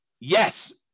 Yes